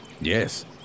Yes